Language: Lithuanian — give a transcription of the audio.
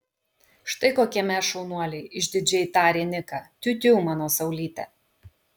štai kokie mes šaunuoliai išdidžiai tarė niką tiutiū mano saulyte